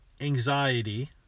anxiety